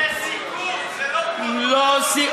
איציק, זה סיכום, זה לא פרוטוקול.